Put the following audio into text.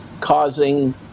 causing